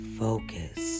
focus